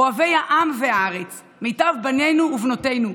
אוהבי העם והארץ, מיטב בנינו ובנותינו.